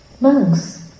Monks